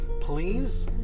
please